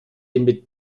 dem